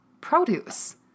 produce